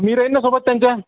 मी राहीन ना सोबत त्यांच्या